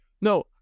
No